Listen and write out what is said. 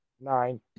nine